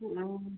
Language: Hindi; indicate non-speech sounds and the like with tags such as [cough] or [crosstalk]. [unintelligible]